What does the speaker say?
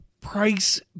price